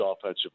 offensive